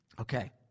Okay